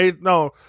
No